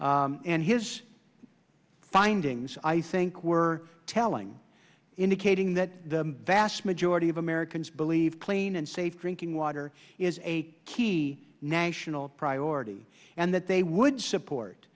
z and his findings i think were telling indicating that the vast majority of americans believe clean and safe drinking water is a key national priority and that they would support